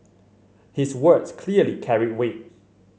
his words clearly carried weight